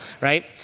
right